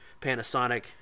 Panasonic